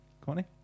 Connie